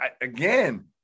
again